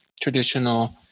traditional